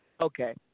Okay